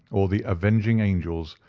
or the avenging angels,